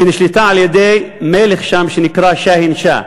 שנשלטה על-ידי מלך שנקרא שאהין שאה.